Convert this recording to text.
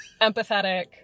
empathetic